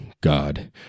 God